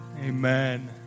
Amen